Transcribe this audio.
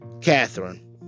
Catherine